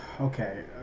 okay